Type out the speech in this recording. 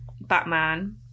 Batman